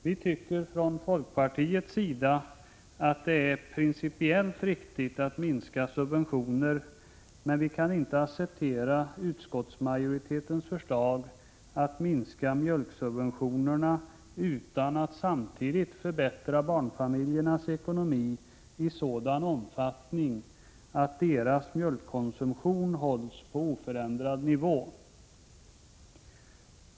Vi tycker från folkpartiets sida att det är principiellt riktigt att minska subventioner, men vi kan inte acceptera utskottsmajoritetens förslag att minska mjölksubventionerna utan att samtidigt barnfamiljernas ekonomi förbättras i sådan omfattning att deras mjölkkonsumtion hålls på oförändrad nivå.